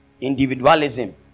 individualism